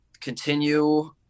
continue